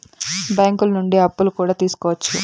బ్యాంకులు నుండి అప్పులు కూడా తీసుకోవచ్చు